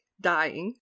dying